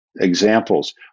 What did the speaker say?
examples